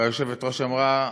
והיושבת-ראש אמרה: